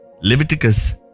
Leviticus